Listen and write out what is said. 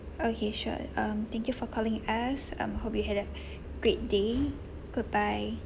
okay sure um thank you for calling us um hope you had a great day goodbye